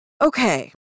Okay